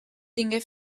tingué